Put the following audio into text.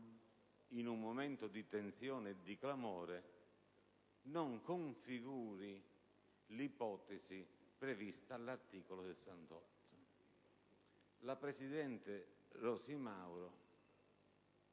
in un momento di tensione e di clamore, non configuri l'ipotesi prevista all'articolo 68. La presidente Mauro